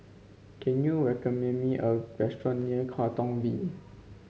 can you recommend me a restaurant near Katong V